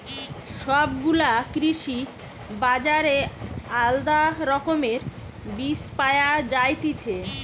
সব গুলা কৃষি বাজারে আলদা রকমের বীজ পায়া যায়তিছে